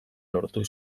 lortu